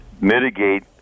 mitigate